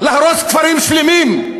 להרוס כפרים שלמים,